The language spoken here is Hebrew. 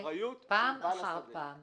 כי זה בעצם שורש השאלה.